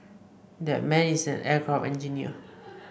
that man is an aircraft engineer